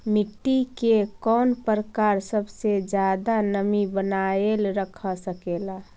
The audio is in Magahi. मिट्टी के कौन प्रकार सबसे जादा नमी बनाएल रख सकेला?